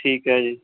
ਠੀਕ ਹੈ ਜੀ